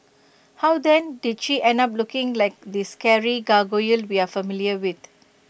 how then did she end up looking like the scary gargoyle we are familiar with